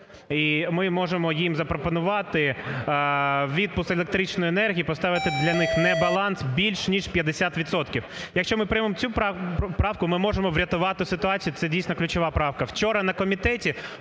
І ми можемо їм запропонувати відпуск електричної енергії, поставити для них небаланс більш, ніж 50 відсотків. Якщо ми приймемо цю правку, ми можемо врятувати ситуацію, це, дійсно, ключова правка.